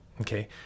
Okay